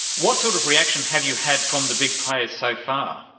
what sort of reaction have you had from the big players so far?